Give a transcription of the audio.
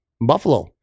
Buffalo